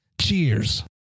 Cheers